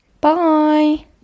Bye